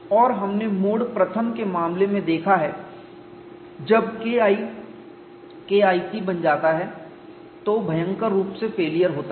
और हमने mode I के मामले में देखा है जब KI KIC बन जाता है तो भयंकर रूप से फेलियर होता है